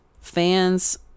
fans